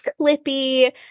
Clippy